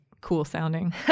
cool-sounding